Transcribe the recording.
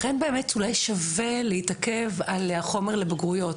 לכן באמת אולי שווה להתעכב על החומר לבגרויות,